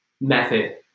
method